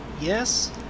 Yes